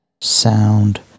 sound